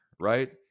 right